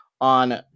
on